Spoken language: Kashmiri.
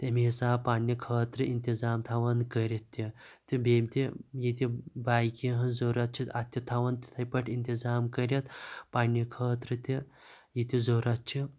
تمے حسابہٕ پَننہِ خٲطرٕ اِنتظام تھاوان کٔرتھ تہِ تہٕ بیٚیہِ تہٕ ییٚتہِ بایکہِ ہنٛز ضروٗرت چھِ اَتھ تہِ تھاوان تِتھَے پٲٹھۍ اِنتظام کٔرتھ پننہِ خٲطرٕ تہِ ییٚتہِ ضرورَت چھِ